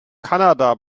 kanada